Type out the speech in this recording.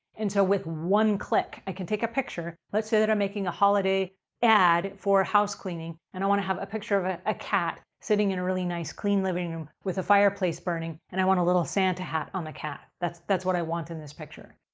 and so, with one click, i can take a picture. let's say that i'm making a holiday ad for house cleaning and i want to have a picture of a a cat sitting in a really nice clean living room, a fireplace burning, and i want a little santa hat on the cat. that's that's what i want in this picture.